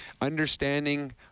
Understanding